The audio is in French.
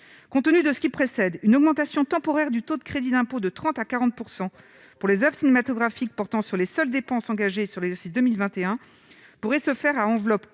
compte tenu de ce qui précède une augmentation temporaire du taux de crédit d'impôt de 30 à 40 % pour les Oeuvres cinématographiques portant sur les seules dépenses engagées sur les années 2021 pourrait se faire à enveloppe